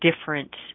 different